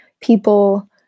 people